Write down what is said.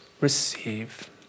receive